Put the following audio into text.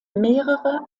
mehrere